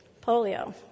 Polio